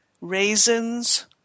raisins